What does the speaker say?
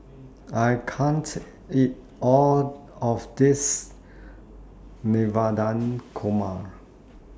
I can't eat All of This Navratan Korma